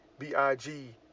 B-I-G